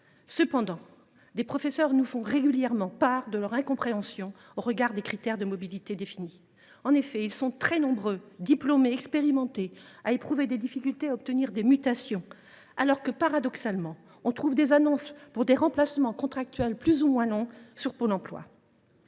Cependant, des professeurs nous font régulièrement part de leur incompréhension au regard des critères de mobilité définis. Ils sont très nombreux, diplômés, expérimentés, à éprouver des difficultés à obtenir des mutations, alors que, paradoxalement, on trouve des annonces pour des remplacements contractuels plus ou moins longs sur Pôle emploi.